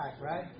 right